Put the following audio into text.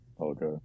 Okay